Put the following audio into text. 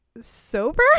sober